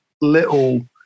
little